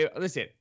listen